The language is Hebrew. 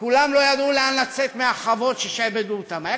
כולם לא ידעו לאן לצאת מהחוות ששעבדו אותם בהן.